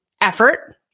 effort